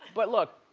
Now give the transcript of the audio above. but look,